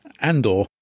Andor